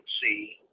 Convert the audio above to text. see